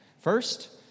First